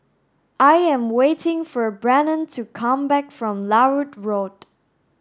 I am waiting for Brannon to come back from Larut Road